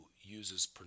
uses